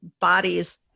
bodies